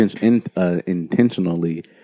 intentionally